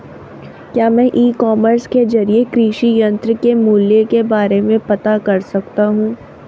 क्या मैं e commerce के ज़रिए कृषि यंत्र के मूल्य के बारे में पता कर सकता हूँ?